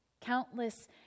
Countless